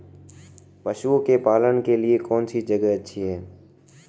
पशुओं के पालन के लिए कौनसी जगह अच्छी है?